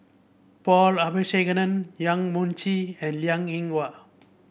Paul Abisheganaden Yang Mun Chee and Liang Eng Hwa